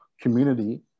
community